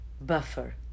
buffer